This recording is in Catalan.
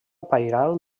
pairal